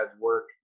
work